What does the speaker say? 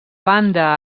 banda